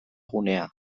gunea